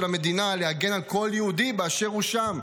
המדינה להגן על כל יהודי באשר הוא שם,